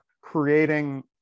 creating